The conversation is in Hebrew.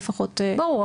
ברור,